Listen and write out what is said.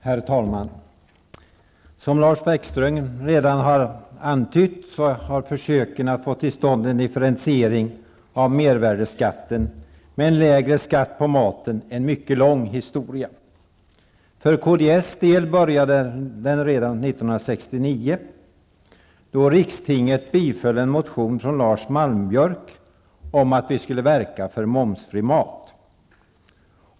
Herr talman! Som Lars Bäckström redan har antytt har försöken att få till stånd en differentiering av mervärdeskatten med en lägre skatt på maten en mycket lång historia. För kds del började det redan Malmbjörk om att vi skulle verka för momsfri mat.